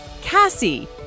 Cassie